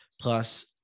plus